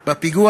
אחד,